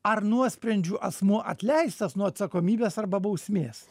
ar nuosprendžiu asmuo atleistas nuo atsakomybės arba bausmės